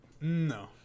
No